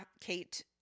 Kate